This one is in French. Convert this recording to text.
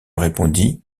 répondit